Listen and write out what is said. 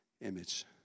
image